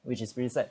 which is really sad